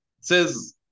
says